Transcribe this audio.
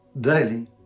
daily